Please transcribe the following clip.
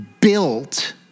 built